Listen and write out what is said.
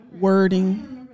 wording